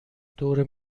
دور